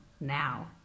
now